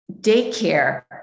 daycare